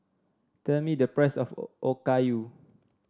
tell me the price of Okayu